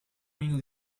angry